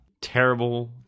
Terrible